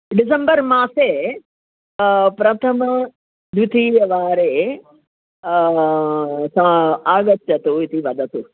December मासे प्रथमद्वितीयवारे सा आगच्छतु इति वदतु